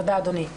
תודה אדוני.